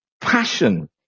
passion